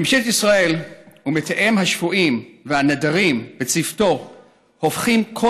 ממשלת ישראל ומתאם השבויים והנעדרים וצוותו הופכים כל